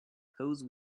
pose